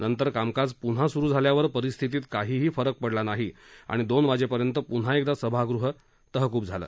नंतर कामकाज पुन्हा सुरू झाल्यावर परिस्थितीत काहीही फरक पडला नाही आणि दोन वाजेपर्यंत पुन्हा एकदा सभागृह तहकूब झालं